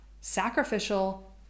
sacrificial